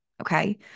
okay